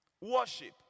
Worship